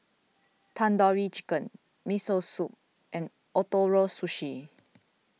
Tandoori Chicken Miso Soup and Ootoro Sushi